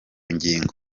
ngingo